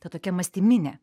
ta tokia mąstyminė